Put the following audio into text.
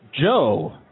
Joe